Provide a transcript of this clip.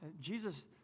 Jesus